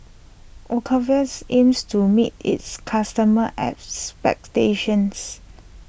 Ocuvite aims to meet its customers' back stations